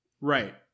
Right